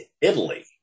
Italy